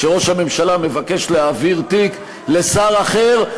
כשראש הממשלה מבקש להעביר תיק לשר אחר,